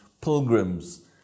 Pilgrims